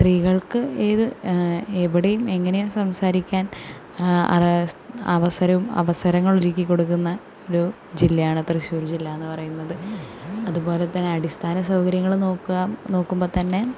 സ്ത്രീകൾക്ക് ഏത് എവിടെയും എങ്ങനെയും സംസാരിക്കാൻ ആവാ അവസരവും അവസരങ്ങളൊരുക്കിക്കൊടുക്കുന്ന ഒരു ജില്ലയാണ് തൃശ്ശൂർ ജില്ലയെന്നു പറയുന്നത് അതുപോലെ തന്നെ അടിസ്ഥാന സൗകര്യങ്ങൾ നോക്ക നോക്കുമ്പം തന്നെ